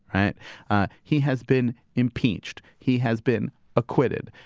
and ah he has been impeached. he has been acquitted.